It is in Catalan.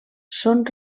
són